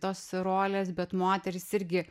tos rolės bet moterys irgi